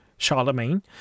Charlemagne